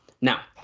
Now